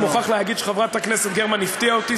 אני מוכרח להגיד שחברת הכנסת גרמן הפתיעה אותי,